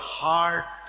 heart